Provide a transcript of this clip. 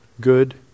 good